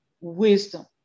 wisdom